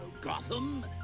Gotham